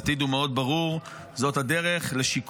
העתיד הוא מאוד ברור: זאת הדרך לשיקום